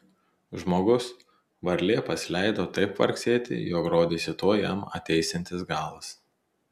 žmogus varlė pasileido taip kvarksėti jog rodėsi tuoj jam ateisiantis galas